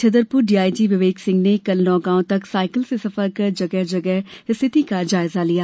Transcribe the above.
Chhatarpur DIG Vivek Singh ने कल नौगॉव तक साइकिल से सफर कर जगह जगह स्थिति का जायजा लिया